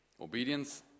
obedience